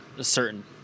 certain